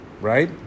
right